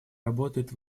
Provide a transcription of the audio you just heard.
работает